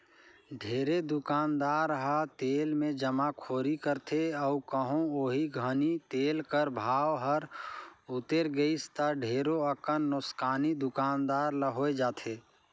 ढेरे दुकानदार ह तेल के जमाखोरी करथे अउ कहों ओही घनी तेल कर भाव हर उतेर गइस ता ढेरे अकन नोसकानी दुकानदार ल होए जाथे